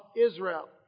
Israel